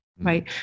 right